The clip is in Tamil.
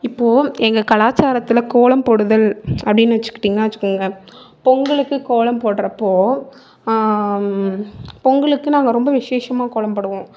இப்போ எங்கள் கலாச்சாரத்தில் கோலம் போடுதல் அப்படின்னு வச்சிக்கிட்டிங்னா வச்சிக்கோங்க பொங்கலுக்கு கோலம் போடுறப்போ பொங்கலுக்கு நாங்கள் ரொம்ப விஷேஷமாக கோலம் போடுவோம்